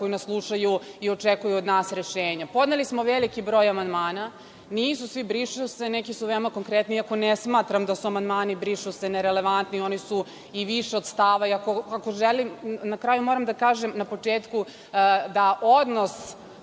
koji nas slušaju i očekuju od nas rešenja. Podneli smo veliki broj amandmana. Nisu svi „briše se“, neki su veoma konkretni, iako ne smatram da su amandmani „briše se“ nerelevantni, oni su i više od stava. Na kraju moram da kažem, na početku, odnos